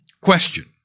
Question